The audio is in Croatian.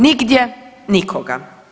Nigdje nikoga.